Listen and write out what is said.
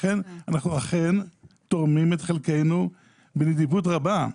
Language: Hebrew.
לכן אנחנו אכן תורמים את חלקנו בנדיבות רבה.